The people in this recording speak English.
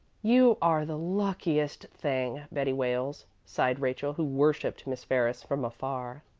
you are the luckiest thing, betty wales, sighed rachel, who worshiped miss ferris from afar.